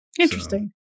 Interesting